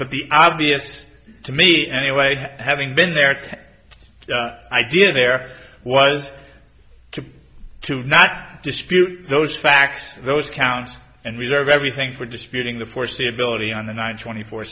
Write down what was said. but the obvious to me anyway having been there idea there was to not dispute those facts those counts and reserve everything for disputing the foreseeability on the one twenty four